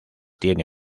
tiene